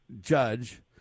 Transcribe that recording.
judge